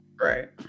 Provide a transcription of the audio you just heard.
Right